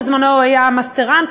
בזמנו הוא היה מאסטרנט,